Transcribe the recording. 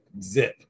zip